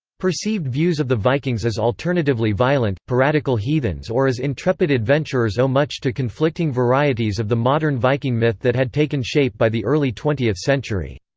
perceived views of the vikings as alternatively violent, piratical heathens or as intrepid adventurers owe much to conflicting varieties of the modern viking myth that had taken shape by the early twentieth century.